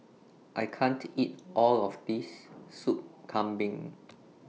I can't eat All of This Soup Kambing